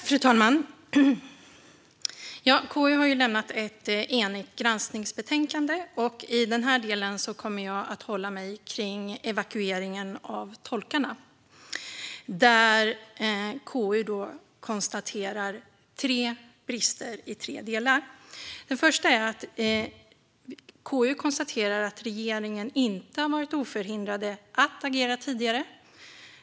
Fru talman! KU har lämnat ett enigt granskningsbetänkande. I den här delen kommer jag att hålla mig till evakueringen av tolkarna, där KU konstaterar tre brister i tre delar. Den första är att KU konstaterar att regeringen har varit oförhindrad att agera tidigare.